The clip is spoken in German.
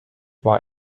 war